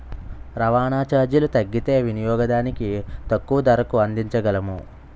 రవాణా చార్జీలు తగ్గితే వినియోగదానికి తక్కువ ధరకు అందించగలము